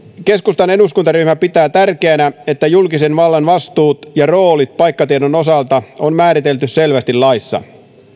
keskustan eduskuntaryhmä pitää tärkeänä että julkisen vallan vastuut ja roolit paikkatiedon osalta on määritelty selvästi laissa